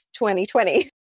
2020